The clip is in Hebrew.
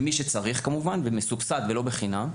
למי שצריך כמובן ומסובסד ולא בחינם.